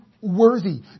worthy